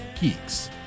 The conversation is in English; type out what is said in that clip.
geeks